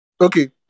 Okay